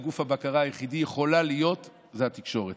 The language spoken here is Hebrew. גוף הבקרה היחיד שיכול להיות זה התקשורת.